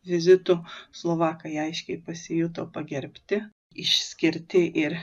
vizitu slovakai aiškiai pasijuto pagerbti išskirti ir